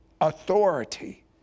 authority